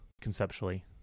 conceptually